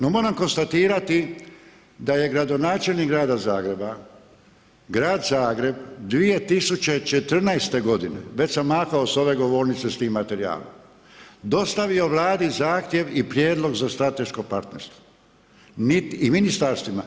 No moram konstatirati da je gradonačelnik grada Zagreba, grad Zagreb 2014. godine, već sam mahao s ove govornice s tim materijalom, dostavio Vladi zahtjev i prijedlog za strateško partnerstvo i ministarstvima.